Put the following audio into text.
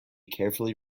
carefully